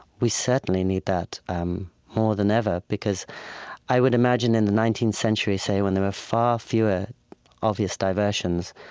we certainly need that um more than ever because i would imagine in the nineteenth century, say, when there are far fewer obvious diversions,